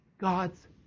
God's